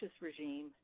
regime